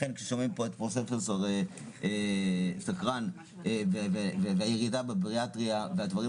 לכן כששומעים פה את ד"ר סקרן והירידה בבריאטריה והדברים